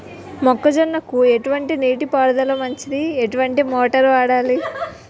మొక్కజొన్న పంటకు ఎటువంటి నీటి పారుదల మంచిది? ఎటువంటి మోటార్ వాడాలి?